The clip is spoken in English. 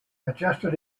adjusted